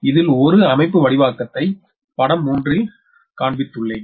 இதில் ஒரு அமைப்புவடிவக்கத்தை படம் 3 ல் காண்பித்துள்ளேன்